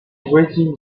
voisine